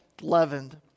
leavened